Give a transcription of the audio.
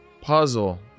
Puzzle